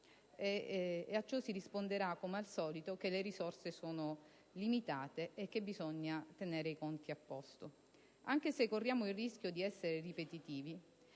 A ciò si risponderà, come al solito, che le risorse sono limitate e che bisogna tenere i conti a posto. Anche se corriamo il rischio di essere ripetitivi,